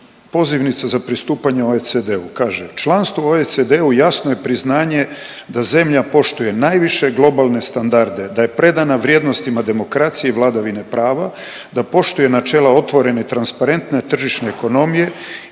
Pozivnica za pristupanje OECD-u kaže, članstvo u OECD-u jasno je priznanje da zemlja poštuje najviše globalne standarde, da je predana vrijednostima demokracije i vladavine prava, da poštuje načela otvorene, transparentne tržišne ekonomije